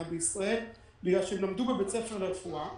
בישראל בגלל שהם למדו בבית ספר לרפואה,